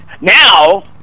Now